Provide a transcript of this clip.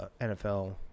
NFL